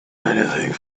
anything